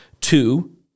Two